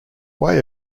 way